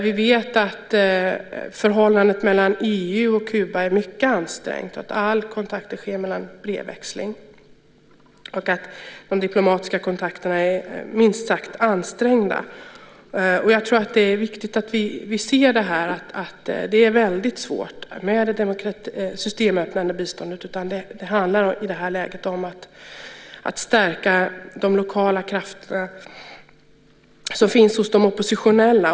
Vi vet att förhållandet mellan EU och Kuba är mycket ansträngt, att all kontakt sker genom brevväxling och att de diplomatiska kontakterna är minst sagt ansträngda. Jag tror att det är viktigt att vi inser att det är väldigt svårt med det systemöppnande biståndet. Det handlar i det här läget om att stärka de lokala krafter som finns hos de oppositionella.